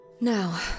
Now